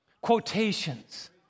quotations